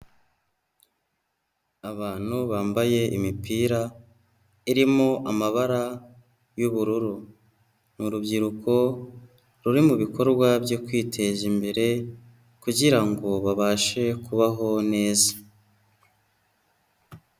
Abantu bambaye imipira irimo amabara y'ubururu. Ni urubyiruko ruri mu bikorwa byo kwiteza imbere kugira ngo babashe kubaho neza.